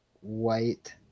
white